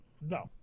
No